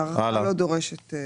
הארכה לא דורשת.